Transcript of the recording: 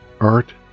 art